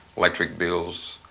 electric bills,